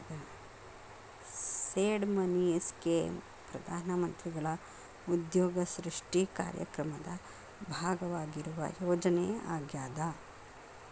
seed money scheme ಪ್ರಧಾನ ಮಂತ್ರಿಗಳ ಉದ್ಯೋಗ ಸೃಷ್ಟಿ ಕಾರ್ಯಕ್ರಮದ ಭಾಗವಾಗಿರುವ ಯೋಜನೆ ಆಗ್ಯಾದ